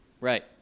Right